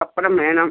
പപ്പടം വേണം